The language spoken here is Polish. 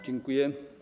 Dziękuję.